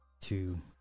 two